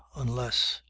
unless.